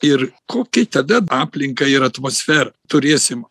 ir kokį tada aplinką ir atmosfer turėsim